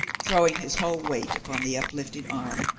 throwing his whole weight upon the uplifted arm,